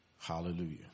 Hallelujah